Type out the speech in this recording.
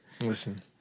Listen